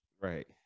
Right